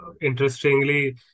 Interestingly